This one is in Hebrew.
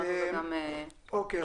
אוקיי.